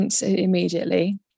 immediately